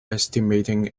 estimating